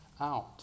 out